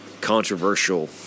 controversial